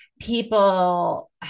people